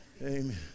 Amen